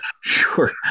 Sure